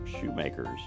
shoemakers